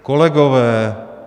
Kolegové!